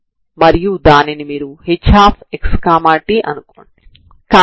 అందులో ఒకటి d'Alembert సమస్య అవుతుంది